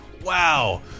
Wow